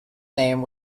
name